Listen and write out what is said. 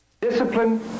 Discipline